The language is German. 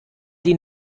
die